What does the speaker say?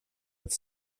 its